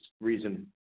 reason